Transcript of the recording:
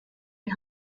die